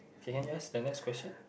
okay that's the next question